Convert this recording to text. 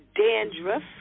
dandruff